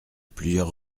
plusieurs